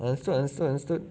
understood understood understood